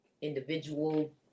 Individual